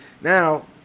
now